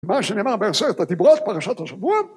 מה שנאמר בעשרת הדיברות פרשת השבוע